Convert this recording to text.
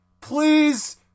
Please